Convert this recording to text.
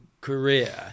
career